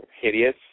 hideous